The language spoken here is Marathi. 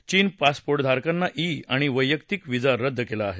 चीन पासपोर्टधारकांना ई आणि वैयक्तिक वीजा रद्द केला आहे